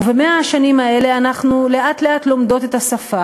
וב-100 השנים האלה אנחנו לאט-לאט לומדות את השפה,